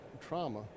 trauma